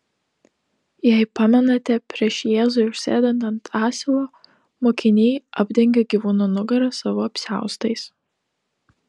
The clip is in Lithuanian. jei pamenate prieš jėzui užsėdant ant asilo mokiniai apdengia gyvūno nugarą savo apsiaustais